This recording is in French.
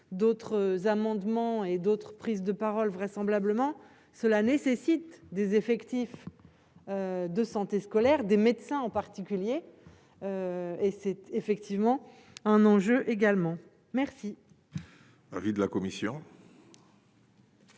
d'autres amendements et d'autres prises de parole, vraisemblablement, cela nécessite des effectifs de santé scolaire des médecins en particulier et c'est effectivement un enjeu également merci.